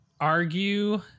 argue